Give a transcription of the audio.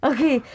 Okay